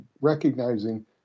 recognizing